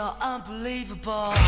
Unbelievable